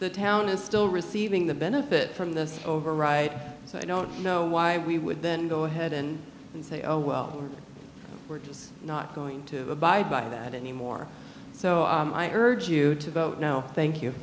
the town is still receiving the benefit from the override so i don't know why we would then go ahead and say oh well we're just not going to abide by that anymore so i urge you to vote no thank you